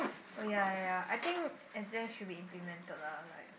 oh ya ya ya I think exams should be implemented lah like